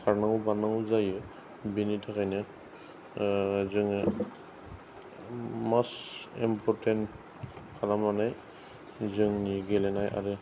खारनांगौ बारनांगौ जायो बेनि थाखायनो जोङो मस्ट इमपर्टेन्ट खालामनानै जोंनि गेलेनाय आरो